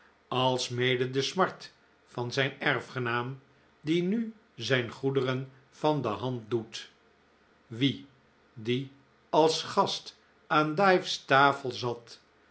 alsmede de smart van zijn erfgenaam die nu zijn goederen van de hand doet wie die als gast aan dives tafel zat